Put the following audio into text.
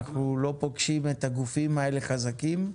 אנחנו לא פוגשים את הגופים האלה חזקים.